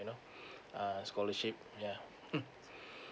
you know uh scholarship yeah hmm